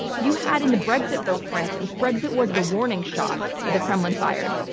you had in the brexit vote, for instance, brexit was the warning shot that the kremlin fired.